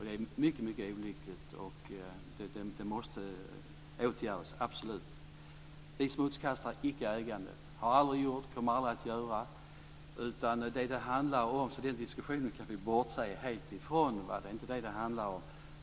Det är mycket olyckligt, och det måste absolut åtgärdas. Vi smutskastar inte ägandet. Det har vi aldrig gjort och kommer aldrig att göra. Den diskussionen kan vi bortse helt från. Det är inte detta det handlar om.